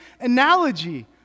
analogy